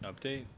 Update